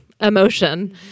emotion